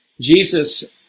Jesus